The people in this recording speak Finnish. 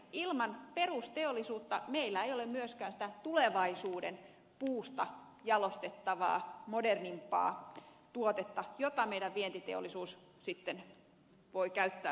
ilman perusteollisuutta meillä ei ole myöskään sitä tulevaisuuden puusta jalostettavaa modernimpaa tuotetta jota meidän vientiteollisuus sitten voi käyttää hyväkseen